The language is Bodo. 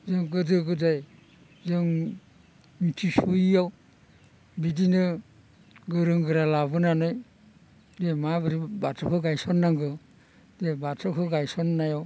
जों गोदो गोदाय जों मिथिसयैयाव बिदिनो गोरों गोरा लाबोनानै जे माबोरै बाथौखौ गायसननांगौ बे बाथौखौ गायसननायाव